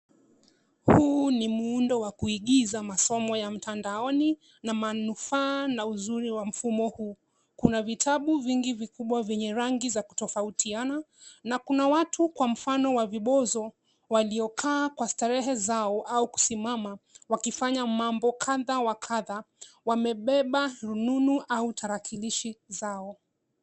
Huu ni muundo wa kuigiza masomo ya mtandaoni na manufaa na uzuri wa mfumo huu. Kuna vitabu vingi vikubwa vyenye rangi za kutofautiana na kuna watu kwa mfano wa vibozo waliokaa kwa starehe zao au kusimama wakifanya mambo kadhaa kwa kadhaa. Wamebeba rununu au tarakilishi zao.